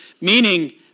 Meaning